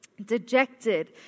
dejected